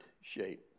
shape